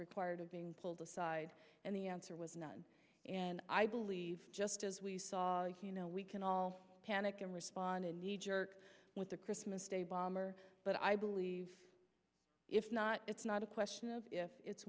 required of being pulled aside and the answer was not and i believe just as we saw we can all panic and respond in kneejerk with the christmas day bomber but i believe if not it's not a question of if it's